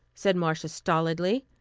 said marcia stolidly.